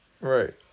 Right